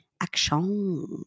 Action